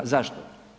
Zašto?